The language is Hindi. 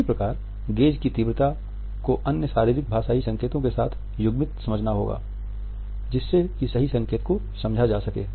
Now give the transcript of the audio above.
इस प्रकार गेज़ की तीव्रता को अन्य शारीरिक भाषाई संकेतों के साथ युग्मित समझना होगा जिससे कि सही संकेत को समझा जा सके